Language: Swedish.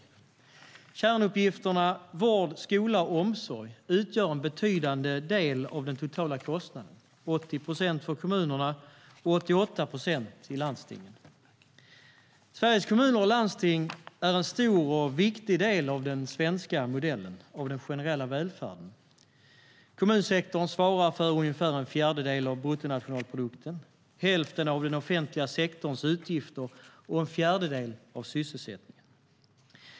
Kärnuppgifterna vård, skola och omsorg utgör en betydande del av den totala kostnaden, 80 procent för kommunerna och 88 procent i landstingen. Sveriges kommuner och landsting är en stor och viktig del av den svenska modellen, av den generella välfärden. Kommunsektorn svarar för ungefär en fjärdedel av bruttonationalprodukten, hälften av den offentliga sektorns utgifter och en fjärdedel av sysselsättningen.